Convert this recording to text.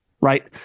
right